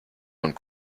und